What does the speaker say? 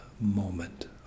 moment